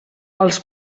als